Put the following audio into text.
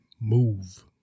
move